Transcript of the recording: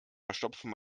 verstopfen